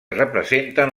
representen